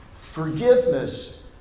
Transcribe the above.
Forgiveness